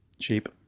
cheap